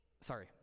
sorry